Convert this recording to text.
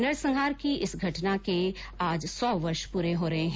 नरसंहार की इस घटना के आज सौ वर्ष पूरे हो रहे हैं